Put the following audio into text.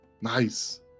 Nice